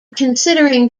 considering